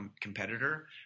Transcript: competitor